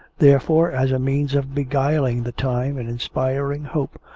therefore, as a means of beguiling the time and inspiring hope,